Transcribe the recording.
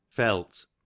Felt